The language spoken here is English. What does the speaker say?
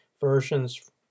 versions